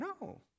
No